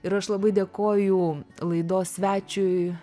ir aš labai dėkoju laidos svečiui